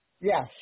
Yes